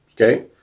Okay